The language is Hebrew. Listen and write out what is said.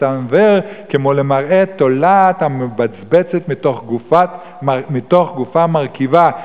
שתסתנוור כמו למראה תולעת המבצבצת מתוך גופה מרקיבה.